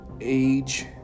age